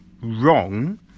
wrong